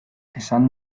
esan